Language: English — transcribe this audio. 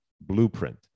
blueprint